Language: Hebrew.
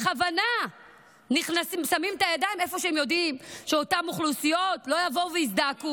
בכוונה שמים את הידיים איפה שהם יודעים שאותן אוכלוסיות לא יזדעקו.